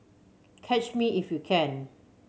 catch me if you can